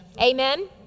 Amen